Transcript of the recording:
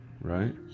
right